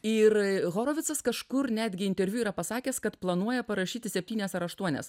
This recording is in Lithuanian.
ir horovicas kažkur netgi interviu yra pasakęs kad planuoja parašyti septynias ar aštuonias